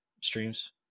streams